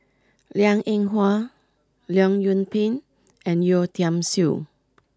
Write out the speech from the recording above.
Liang Eng Hwa Leong Yoon Pin and Yeo Tiam Siew